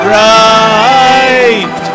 right